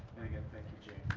again thank you jane